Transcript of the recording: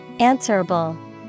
Answerable